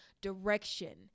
direction